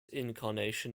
incarnation